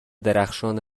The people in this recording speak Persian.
درخشان